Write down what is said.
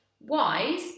Wise